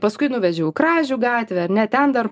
paskui nuvedžiau į kražių gatvę ar ne ten dar